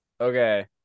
okay